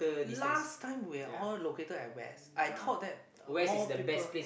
last time we are all located at west I thought that more people